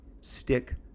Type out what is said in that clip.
Stick